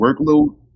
workload